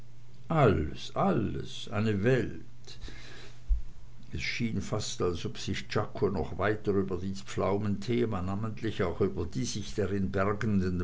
alles alles eine welt es schien fast als ob sich czako noch weiter über dies pflaumenthema namentlich auch über die sich darin bergenden